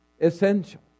essential